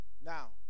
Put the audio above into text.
Now